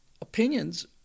opinions